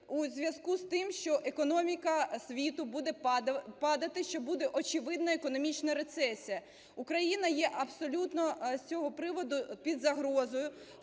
у зв'язку з тим, що економіка світу буде падати, що буде, очевидно, економічна рецесія, Україна є абсолютно з цього приводу під загрозою,